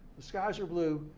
the skies are blue,